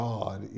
God